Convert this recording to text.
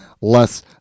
less